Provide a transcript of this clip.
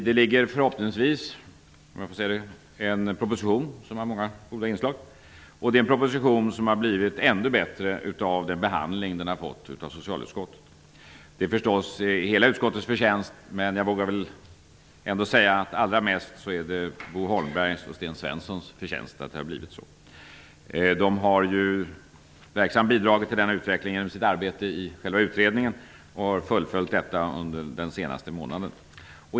Det finns en proposition som -- om jag får säga det själv -- förhoppningsvis har många goda inslag -- en proposition som har blivit ännu bättre av den behandling som den fått av socialutskottet. Att det har blivit så är förstås hela utskottets förtjänst, men jag vågar väl ändå säga att det allra mest är Bo Holmbergs och Sten Svenssons förtjänst. De har genom sitt arbete i utredningen verksamt bidragit till denna utveckling och har fullföljt detta under den senaste månaden.